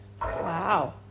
Wow